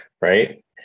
Right